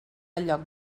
lloc